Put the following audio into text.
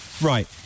Right